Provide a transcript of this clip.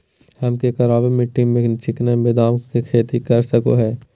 हम की करका मिट्टी में चिनिया बेदाम के खेती कर सको है?